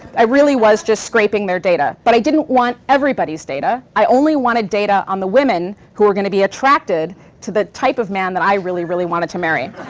i really was just scraping their data. but i didn't want everybody's data. i only wanted data on the women who were going to be attracted to the type of man that i really, really wanted to marry.